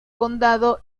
condado